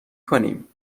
کنیم